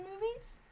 movies